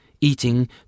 eating